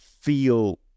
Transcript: feel